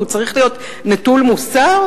הוא צריך להיות נטול מוסר?